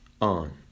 on